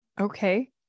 Okay